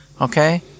okay